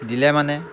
দিলে মানে